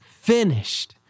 finished